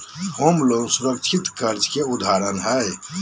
home loan सुरक्षित कर्ज के उदाहरण हय